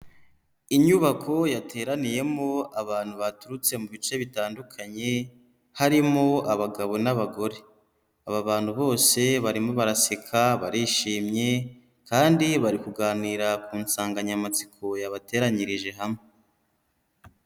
Inyubako yateraniyemo abantu baturutse mu bice bitandukanye, harimo abagabo n'abagore, aba bantu bose barimo baraseka, barishimye kandi bari kuganira ku nsanganyamatsiko yabateranyirije hamwe.